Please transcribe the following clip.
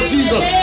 Jesus